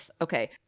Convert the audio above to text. okay